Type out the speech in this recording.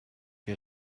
que